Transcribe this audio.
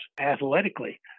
athletically